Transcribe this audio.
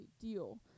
deal